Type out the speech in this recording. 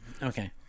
Okay